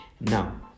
now